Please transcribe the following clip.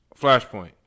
Flashpoint